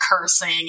cursing